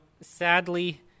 sadly